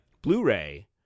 blu-ray